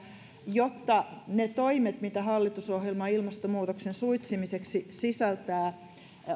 jotta ne toimet mitä hallitusohjelma ilmastonmuutoksen suitsimiseksi sisältää toteutuvat